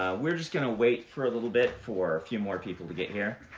we're just going to wait for a little bit for a few more people to get here.